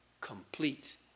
complete